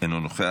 אינו נוכח.